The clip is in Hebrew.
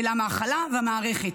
אלא מחלה ומערכת.